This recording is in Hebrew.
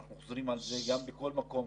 אנחנו חוזרים על זה בכל מקום,